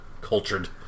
cultured